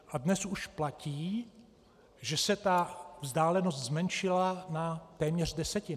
A dnes už platí, že se ta vzdálenost zmenšila na téměř desetinu.